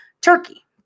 Turkey